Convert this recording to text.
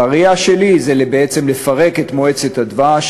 בראייה שלי זה בעצם לפרק את מועצת הדבש